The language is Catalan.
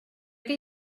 que